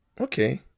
Okay